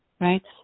right